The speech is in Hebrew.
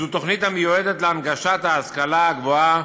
זו תוכנית המיועדת להנגשת ההשכלה הגבוהה